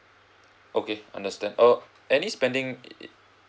okay understand uh any spending